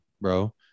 bro